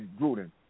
Gruden